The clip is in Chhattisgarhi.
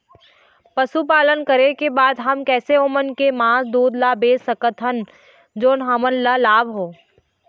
पशुपालन करें के बाद हम कैसे ओमन के मास, दूध ला बेच सकत हन जोन हमन ला लाभ हो?